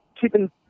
keeping